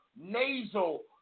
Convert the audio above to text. nasal